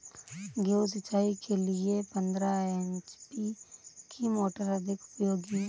गेहूँ सिंचाई के लिए पंद्रह एच.पी की मोटर अधिक उपयोगी है?